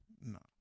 No